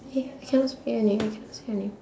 eh we cannot speak your name we cannot say your name